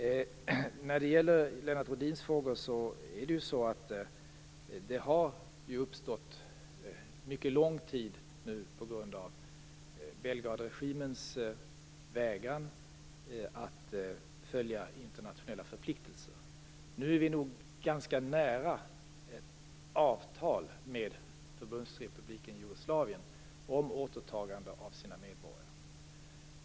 När det gäller Lennart Rohdins fråga har det gått mycket lång tid på grund av Belgradregimens vägran att följa internationella förpliktelser. Nu är vi ganska nära ett avtal med Förbundsrepubliken Jugoslavien om återtagande av sina medborgare.